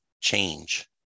change